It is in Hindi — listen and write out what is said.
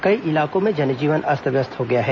कई इलाकों में जनजीवन अस्त व्यस्त हो गया है